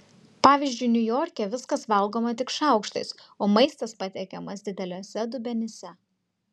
pavyzdžiui niujorke viskas valgoma tik šaukštais o maistas patiekiamas dideliuose dubenyse